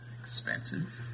expensive